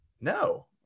No